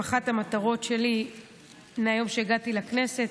אחת המטרות שלי מהיום שהגעתי לכנסת.